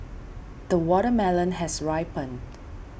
the watermelon has ripened